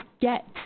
get